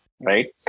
right